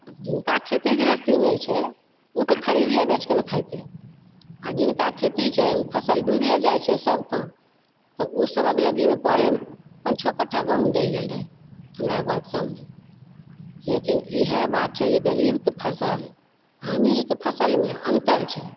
जिनका खेती गृहस्थी नहि छै उऽ तऽ खरीदये बेचकऽ ने खेतय आओर जिनका खेती छै उ फसल डूबिये जाइ छै सबके तऽ उ सब अगलग्गीमे पड़य पाँच छओ कट्ठा गहुँम डहि गेल रहय हमरा घरके सामनेमे लेकिन इएह बात छै जे गरीबके फसल अमीरके फसलमे अन्तर छै